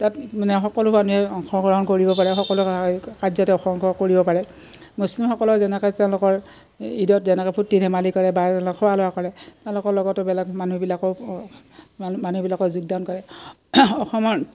তাত মানে সকলো মানুহে অংশগ্ৰহণ কৰিব পাৰে সকলো কা কাৰ্যতে অংশগ্ৰহণ কৰিব পাৰে মুছলিমসকলৰ যেনেকৈ তেওঁলোকৰ ঈদত যেনেকৈ ফূৰ্তি ধেমালি কৰে বা খোৱা লোৱা কৰে তেওঁলোকৰ লগতো বেলেগ মানুহবিলাকো মানুহবিলাকক যোগদান কৰে অসমৰ